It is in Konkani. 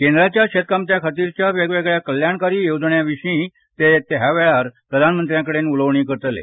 केंद्राच्या शेतकामत्यांखातीरच्या वेगवेगळ्या कल्याणकारी येवजण्यांविशीय ते यावेळार प्रधानमंत्र्याकडे उलोवणी करतले